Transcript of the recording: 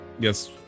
yes